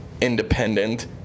independent